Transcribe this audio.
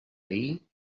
veí